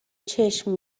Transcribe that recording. چشم